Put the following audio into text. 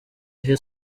ihe